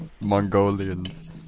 Mongolians